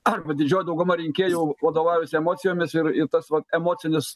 arba didžioji dauguma rinkėjų vadovaujasi emocijomis ir ir tas vat emocinis